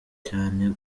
cyane